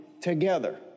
together